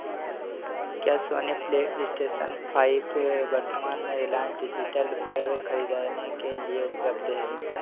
क्या Sony PlayStation five वर्तमान में रिलायंस डिजिटल पर खरीदने के लिए उपलब्ध है